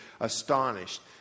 astonished